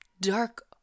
dark